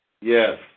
Yes